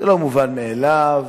זה לא מובן מאליו,